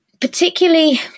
particularly